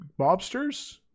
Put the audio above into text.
mobsters